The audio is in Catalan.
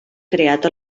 creat